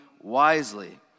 wisely